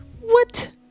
What